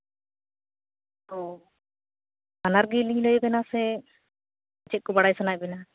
ᱟᱫᱚ ᱵᱟᱱᱟᱨ ᱜᱮᱞᱤᱧ ᱞᱟᱹᱭᱟᱵᱮᱱᱟ ᱥᱮ ᱪᱮᱫ ᱠᱚ ᱵᱟᱲᱟᱭ ᱥᱟᱱᱟᱭᱮᱫ ᱵᱮᱱᱟ